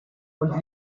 und